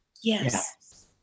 Yes